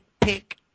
pick